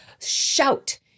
shout